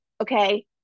Okay